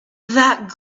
that